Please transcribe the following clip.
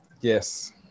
Yes